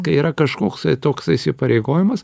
kai yra kažkoks toks įsipareigojimas